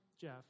Jeff